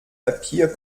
papier